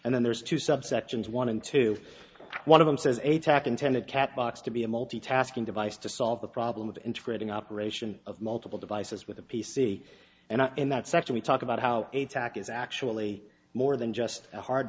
and then there's two subsections one and two one of them says atack intended catbox to be a multitasking device to solve the problem of integrating operation of multiple devices with a p c and in that section we talk about how atack is actually more than just a hard